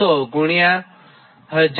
075 52